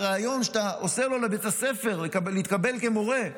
בריאיון שאתה עושה לו לבית הספר להתקבל כמורה,